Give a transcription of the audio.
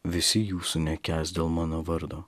visi jūsų nekęs dėl mano vardo